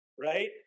Right